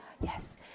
Yes